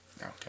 Okay